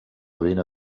vena